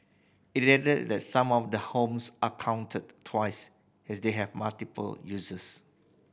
it added that some of the homes are counted twice as they have multiple uses